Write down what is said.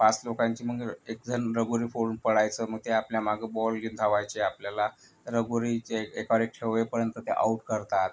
पाच लोकांची मग एक जण लगोरी फोडून पळायचं मग ते आपल्या मागं बॉल घेऊन धावायचे आपल्याला लगोरीचे एका वर एक ठेवेपर्यंत ते आऊट करतात